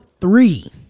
three